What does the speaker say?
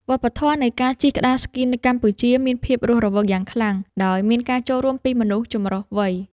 វប្បធម៌នៃការជិះក្ដារស្គីនៅកម្ពុជាមានភាពរស់រវើកយ៉ាងខ្លាំង ដោយមានការចូលរួមពីមនុស្សចម្រុះវ័យ។